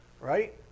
Right